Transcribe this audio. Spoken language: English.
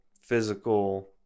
physical